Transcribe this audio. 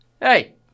hey